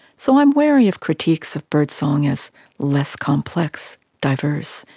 so, i'm wary of critiques of birdsong as less complex, diverse,